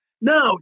no